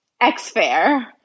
X-Fair